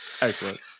Excellent